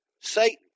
Satan